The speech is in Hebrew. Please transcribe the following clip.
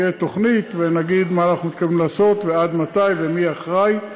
תהיה תוכנית ונגיד מה אנחנו מתכוונים לעשות ועד מתי ומי אחראי,